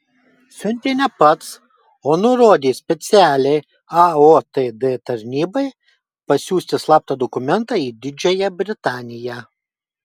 siuntė ne pats o nurodė specialiai aotd tarnybai pasiųsti slaptą dokumentą į didžiąją britaniją